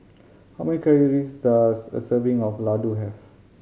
how many calories does a serving of Ladoo have